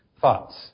thoughts